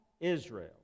Israel